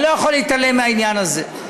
אני לא יכול להתעלם מהעניין הזה.